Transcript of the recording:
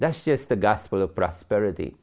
that's just the gospel of prosperity